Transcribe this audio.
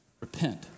repent